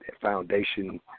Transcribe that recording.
foundation